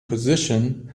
position